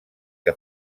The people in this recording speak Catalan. que